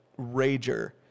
rager